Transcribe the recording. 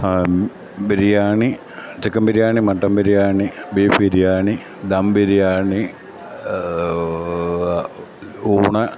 biryani chicken biryani mutton biryani beef biryani dum biryani ഊണ്